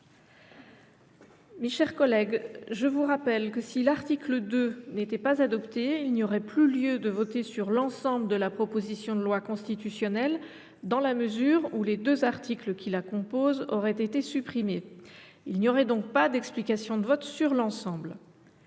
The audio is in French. Mes chers collègues, je vous rappelle que, si cet article n’était pas adopté, il n’y aurait plus lieu de voter sur l’ensemble de la proposition de loi constitutionnelle, dans la mesure où les deux articles qui la composent auraient été supprimés. Il n’y aurait donc pas d’explications de vote sur l’ensemble.